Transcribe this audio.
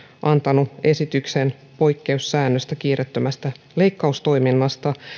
antanut esityksen poikkeussäännöksestä koskien kiireetöntä leikkaustoimintaa